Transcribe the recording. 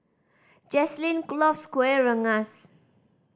Jazlyn loves Kueh Rengas